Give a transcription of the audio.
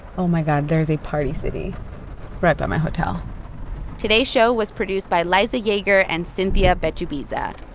oh, my god. there's a party city right by my hotel today's show was produced by liza yeager and cynthia betubiza